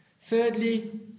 Thirdly